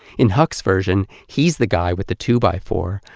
in huck's version, he's the guy with the two-by-four,